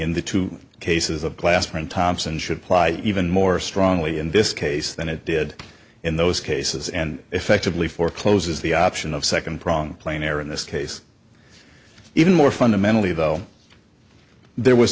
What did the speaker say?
in the two cases of glass fred thompson should apply even more strongly in this case than it did in those cases and effectively forecloses the option of second prong player in this case even more fundamentally though there was